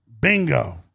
Bingo